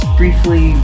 briefly